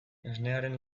esnearen